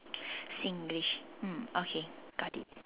Singlish mm okay got it